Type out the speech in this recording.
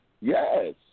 Yes